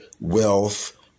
wealth